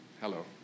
hello